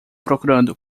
procurando